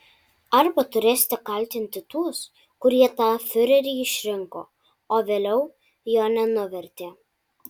arba turėsite kaltinti tuos kurie tą fiurerį išrinko o vėliau jo nenuvertė